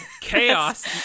Chaos